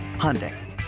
Hyundai